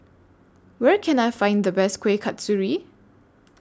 Where Can I Find The Best Kuih Kasturi